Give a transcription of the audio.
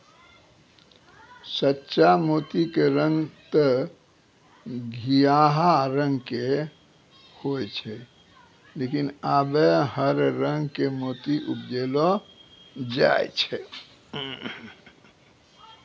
सच्चा मोती के रंग तॅ घीयाहा रंग के होय छै लेकिन आबॅ हर रंग के मोती उपजैलो जाय छै